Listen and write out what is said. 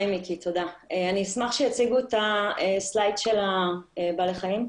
אני אשמח שיציגו את השקף שמראה את בעלי החיים.